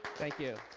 thank you.